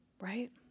right